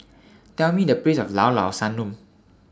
Tell Me The Place of Llao Llao Sanum